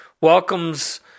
welcomes